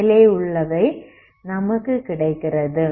மேலே உள்ளவை நமக்கு கிடைக்கிறது